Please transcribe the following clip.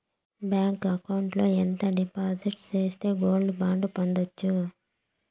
Bank account లో ఎంత డిపాజిట్లు సేస్తే గోల్డ్ బాండు పొందొచ్చు?